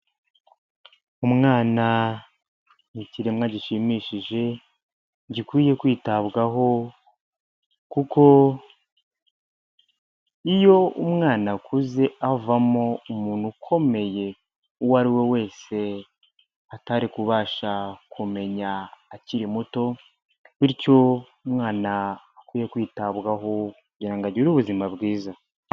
Umwana ni ikiremwa gishimishije gikwiye kwitabwaho kuko iyo umwana akuze avamo umuntu ukomeye, uwo ari we wese atari kubasha kumenya akiri muto bityo umwana akwiye kwitabwaho kugira ngo agire ubuzima bwiza.